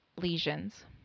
lesions